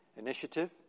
Initiative